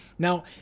Now